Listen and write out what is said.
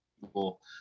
people